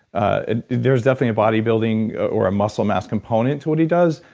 ah there's definitely a body-building or a musclemass component to what he does,